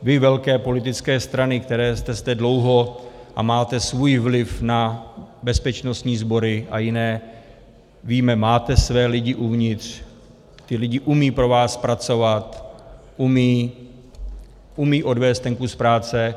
Vy, velké politické strany, které zde jste dlouho a máte svůj vliv na bezpečnostní sbory a jiné, víme, máte své lidi uvnitř, ti lidé umí pro vás pracovat, umí odvést ten kus práce.